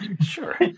Sure